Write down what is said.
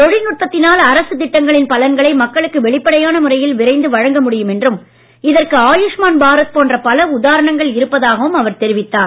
தொழில்நுட்பத்தினால் மக்களுக்கு வெளிப்படையான முறையில் விரைந்து வழங்க முடியும் என்றும் இதற்கு ஆயுஷ்மான் பாரத் போன்ற பல உதாரணங்கள் இருப்பதாகவும் அவர் தெரிவித்தார்